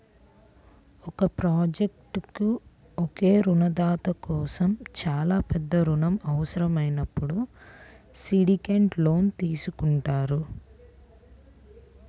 ఒక ప్రాజెక్ట్కు ఒకే రుణదాత కోసం చాలా పెద్ద రుణం అవసరమైనప్పుడు సిండికేట్ లోన్ తీసుకుంటారు